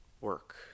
Work